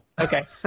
Okay